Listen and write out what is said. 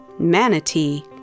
Manatee